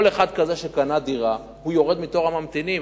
כל אחד כזה שקנה דירה יורד מתור הממתינים.